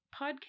podcast